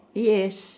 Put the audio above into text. yes